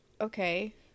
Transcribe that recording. okay